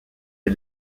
des